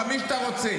אל תשתיק